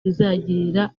bizagirira